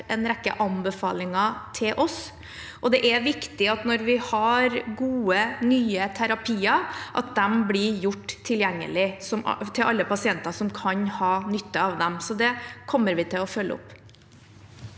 en rekke anbefalinger til oss, og når vi har gode, nye terapier, er det viktig at de blir gjort tilgjengelige for alle pasienter som kan ha nytte av dem. Så det kommer vi til å følge opp.